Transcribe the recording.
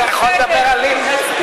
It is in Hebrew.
אתה יכול לדבר על לבני?